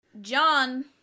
John